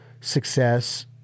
success